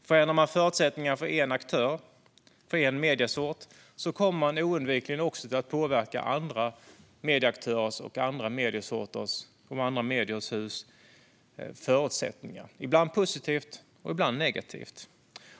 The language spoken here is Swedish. Förändrar man förutsättningarna för en medieaktör kommer man oundvikligen också att påverka andra medieaktörers förutsättningar, ibland positivt och ibland negativt.